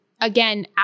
again